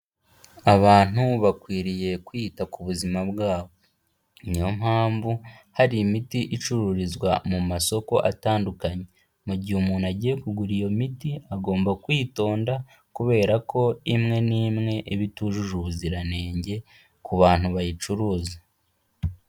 Abantu bakwiriye kwita ku buzima bwabo. Ni yo mpamvu hari imiti icururizwa mu masoko atandukanye. Mu gihe umuntu agiye kugura iyo miti agomba kwitonda, kubera ko imwe n'imwe iba itujuje ubuziranenge ku bantu bayicuruza.